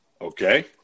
Okay